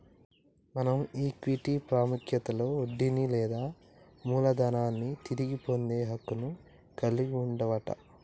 మనం ఈక్విటీ పాముఖ్యతలో వడ్డీని లేదా మూలదనాన్ని తిరిగి పొందే హక్కును కలిగి వుంటవట